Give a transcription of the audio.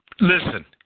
Listen